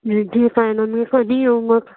ठीक आहे ना मी कधी येऊ मग